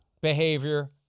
behavior